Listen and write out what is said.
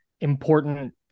important